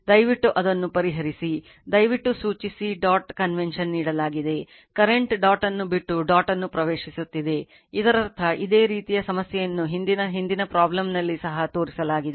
ದಯವಿಟ್ಟು ಅದನ್ನು ಪರಿಹರಿಸಿ ದಯವಿಟ್ಟು ಸೂಚಿಸಿ ಡಾಟ್ ಕನ್ವೆನ್ಷನ್ ನೀಡಲಾಗಿದೆ ಕರೆಂಟ್ ಡಾಟ್ ಅನ್ನು ಬಿಟ್ಟು ಡಾಟ್ ಅನ್ನು ಪ್ರವೇಶಿಸುತ್ತಿದೆ ಇದರರ್ಥ ಇದೇ ರೀತಿಯ ಸಮಸ್ಯೆಯನ್ನು ಹಿಂದಿನ ಹಿಂದಿನ ಪ್ರಾಬ್ಲಮ್ ನಲ್ಲಿ ಸಹ ತೋರಿಸಲಾಗಿದೆ